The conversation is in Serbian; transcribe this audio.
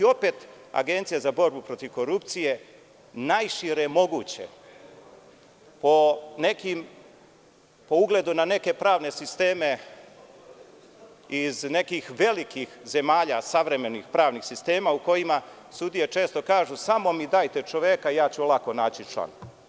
Opet Agencija za borbu protiv korupcije, najšire moguće, po ugledu na neke pravne sisteme iz nekih velikih zemalja, savremenih pravnih sistema, u kojima sudije često kažu – samo mi dajte čoveka, ja ću lako naći član.